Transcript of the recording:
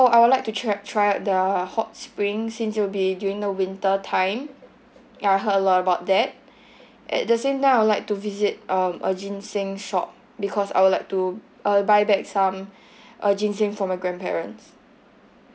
oh I would like to try try out their hot spring since it'll be during the winter time ya I heard a lot about that at the same time I would like to visit um a ginseng shop because I would like to uh buy back some uh ginseng for my grandparents